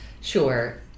Sure